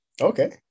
Okay